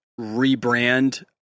rebrand